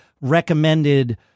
recommended